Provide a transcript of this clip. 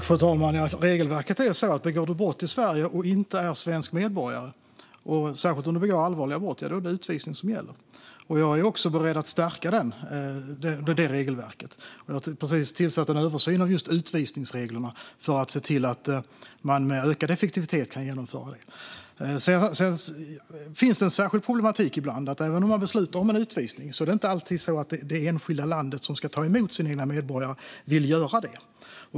Fru talman! Regelverket är så att begår du brott i Sverige och inte är svensk medborgare, särskilt om du begår allvarliga brott, är det utvisning som gäller. Jag är också beredd att stärka det regelverket. Vi har precis tillsatt en översyn av just utvisningsreglerna för att se till att man med ökad effektivitet kan genomföra utvisningar. Sedan finns det en särskild problematik ibland som innebär att även om man beslutar om en utvisning vill inte alltid det enskilda landet som ska ta emot sin medborgare göra det.